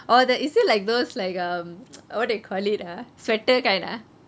oh is it like those like um what do you call it ah sweater kind ah